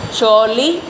surely